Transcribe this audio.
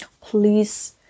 Please